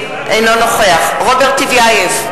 אינו נוכח רוברט טיבייב,